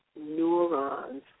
neurons